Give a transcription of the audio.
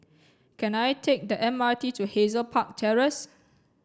can I take the M R T to Hazel Park Terrace